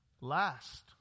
Last